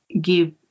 give